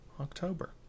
October